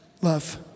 love